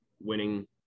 Winning